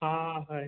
ହଁ ଭାଇ